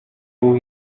اون